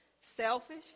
Selfish